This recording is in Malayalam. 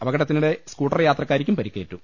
അപകടത്തിനിടെ സ്കൂട്ടർ യാത്രക്കാരിക്കും പരിക്കേറ്റു